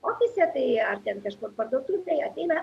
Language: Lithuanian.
ofise tai ar ten kažkur parduotuvėje ateina